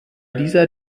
dieser